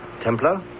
Templar